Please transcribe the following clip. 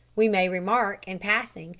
we may remark, in passing,